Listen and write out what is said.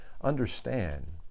understand